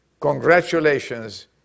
congratulations